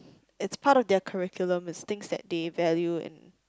it's part of their curriculum it's things that they value in